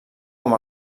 com